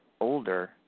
older